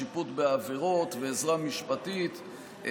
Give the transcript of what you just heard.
שיפוט בעבירות ועזרה משפטית),